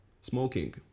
smoking